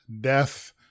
death